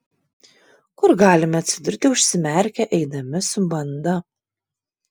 kur galime atsidurti užsimerkę eidami su banda